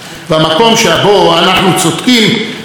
כבר כתב מורי יהודה עמיחי,